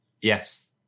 Yes